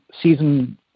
season